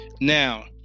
now